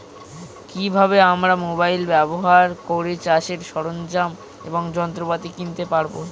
কি ভাবে আমরা মোবাইল ব্যাবহার করে চাষের সরঞ্জাম এবং যন্ত্রপাতি কিনতে পারবো?